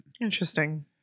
Interesting